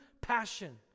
passion